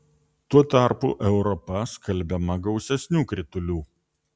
tuo tarpu europa skalbiama gausesnių kritulių